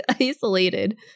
isolated